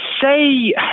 say